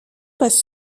passent